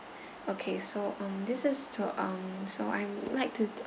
okay so um this is to um so I would like to